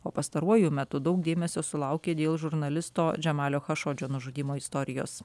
o pastaruoju metu daug dėmesio sulaukė dėl žurnalisto džemalio chašodžio nužudymo istorijos